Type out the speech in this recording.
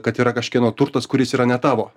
kad yra kažkieno turtas kuris yra ne tavo